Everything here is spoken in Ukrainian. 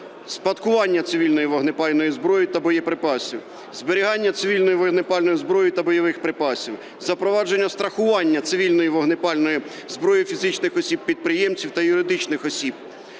спадкування цивільної вогнепальної зброї та боєприпасів; зберігання цивільної вогнепальної зброї та бойових припасів; запровадження страхування цивільної вогнепальної зброї фізичних осіб-підприємців та юридичних осіб;